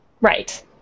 Right